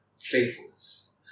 faithfulness